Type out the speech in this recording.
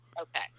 Okay